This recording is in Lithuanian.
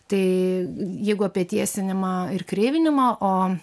tai jeigu apie tiesinimą ir kreivinimą o